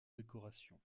décoration